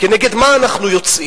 כנגד מה אנחנו יוצאים?